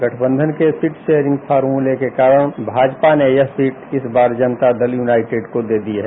गठबंधन के seat sharing फार्मूले के कारण भाजपा ने यह सीट इस बार जनता दल यूनाइटेड को दे दी है